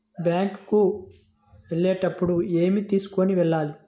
Bank కు వెళ్ళేటప్పుడు ఏమి తీసుకొని వెళ్ళాలి?